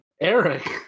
Eric